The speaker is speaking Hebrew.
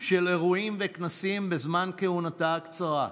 של אירועים וכנסים בזמן כהונתה הקצרה: